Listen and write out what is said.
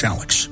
Alex